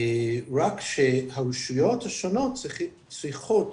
רק שהרשויות השונות צריכות